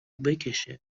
بکشه